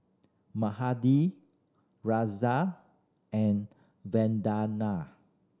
Mahade Razia and Vandana